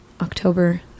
October